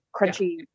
crunchy